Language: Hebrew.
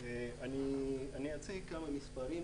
אני אציג כמה מספרים,